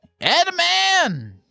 Edman